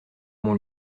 mon